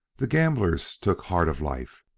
the gamblers took heart of life,